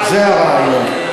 זה הרעיון.